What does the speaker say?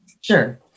Sure